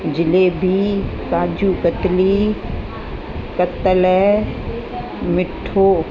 जिलेबी काजू कतली कत्तल मिठो